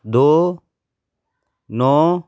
ਦੋ ਨੌਂ